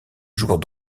jours